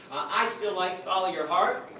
i still like follow your heart,